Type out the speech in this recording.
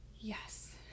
Yes